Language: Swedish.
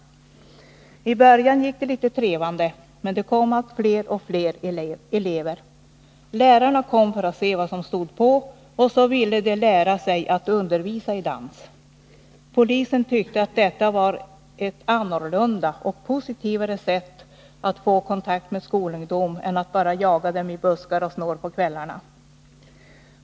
I början gick det litet trevande, men det kom allt fler elever. Lärarna kom för att se vad som stod på, och så ville de lära sig att undervisa i dans. Polisen tyckte att detta var ett annorlunda och mera positivt sätt att få kontakt med skolungdomar än att bara jaga dem i buskar och snår på kvällarna.